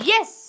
Yes